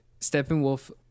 Steppenwolf